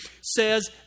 says